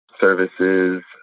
services